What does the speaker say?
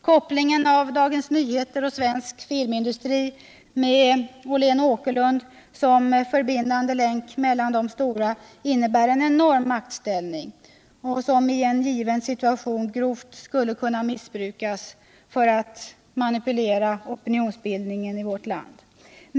Kopplingen av Dagens Nyheter och Svensk Filmindustri med Åhlén & Åkerlund som förbindande länk mellan de stora innebär en enorm maktställning, som i en given situation grovt skulle kunna missbrukas för att manipulera opinionsbildningen i vårt land.